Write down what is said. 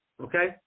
Okay